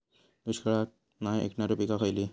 दुष्काळाक नाय ऐकणार्यो पीका खयली?